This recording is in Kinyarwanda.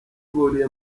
buriye